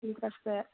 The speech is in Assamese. ঠিক আছে